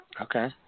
okay